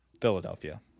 Philadelphia